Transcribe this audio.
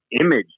image